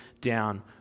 down